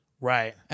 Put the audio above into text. Right